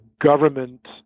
government